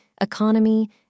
economy